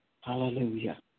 Hallelujah